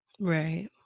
right